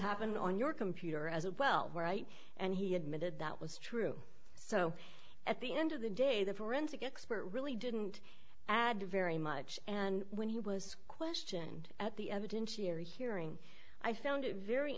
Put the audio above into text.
happen on your computer as well right and he admitted that was true so at the end of the day the forensic expert really didn't add very much and when he was questioned at the evidence you're hearing i found it very